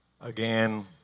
Again